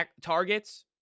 Targets